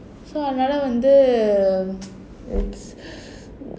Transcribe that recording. so அதுனால வந்து:adhunala vandhu